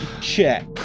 check